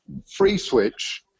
FreeSwitch